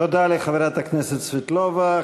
תודה לחברת הכנסת סבטלובה.